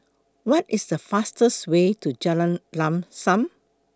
What IS The fastest Way to Jalan Lam SAM